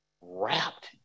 wrapped